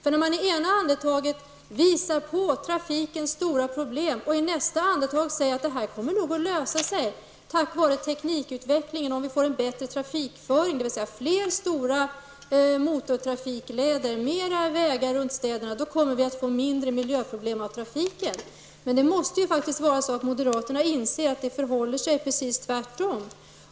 I det ena andetaget visar man på de stora problem som finns i trafiken, för att i nästa andetag säga att de kommer nog att lösa sig tack vare teknikutveckling och en bättre trafikföring, dvs. fler stora motortrafikleder, flera vägar runt städerna osv. Då blir det mindre miljöproblem på grund av trafiken. Men moderaterna måste inse att det förhåller sig precis tvärtom.